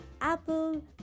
Apple